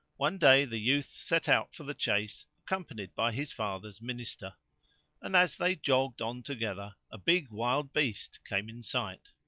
one day the youth set out for the chase accompanied by his father's minister and, as they jogged on together, a big wild beast came in sight.